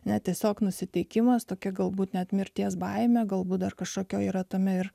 ne tiesiog nusiteikimas tokia galbūt net mirties baimė galbūt dar kažkokio yra tame ir